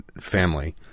family